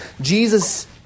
Jesus